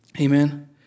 Amen